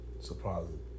surprising